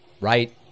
Right